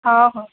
ହଁ ହଁ